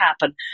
happen